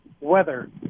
weather